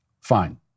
Fine